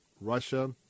Russia